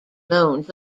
loans